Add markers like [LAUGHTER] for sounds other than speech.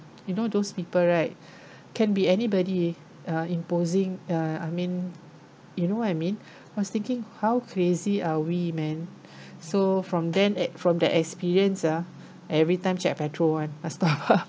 you know those people right can be anybody uh imposing uh I mean you know what I mean was thinking how crazy are we man [BREATH] so from then and from that experience ah every time check petrol [one] must top up